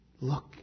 Look